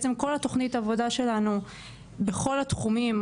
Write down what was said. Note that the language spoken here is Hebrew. כל תוכנית העבודה שלנו בכל התחומים,